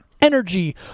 Energy